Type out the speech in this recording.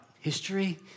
history